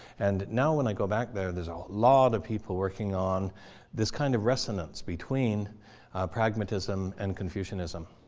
and now when i go back there, there's a lot of people working on this kind of resonance between pragmatism and confucianism.